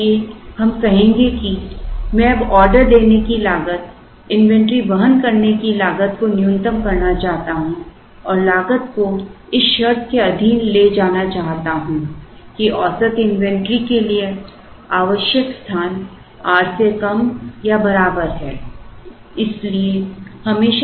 इसलिए हम कहेंगे कि मैं अब ऑर्डर देने की लागत इन्वेंटरी वहन करने की लागत को न्यूनतम करना चाहता हूं और लागत को इस शर्त के अधीन ले जाना चाहता हूं कि औसत इन्वेंट्री के लिए आवश्यक स्थान R से कम या बराबर है